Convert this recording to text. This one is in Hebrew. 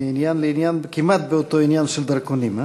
מעניין לעניין כמעט באותו עניין, של דרכונים.